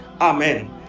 Amen